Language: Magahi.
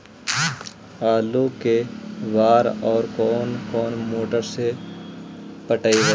आलू के बार और कोन मोटर से पटइबै?